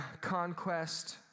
conquest